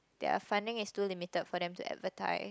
ya funding is too limited for them to advertise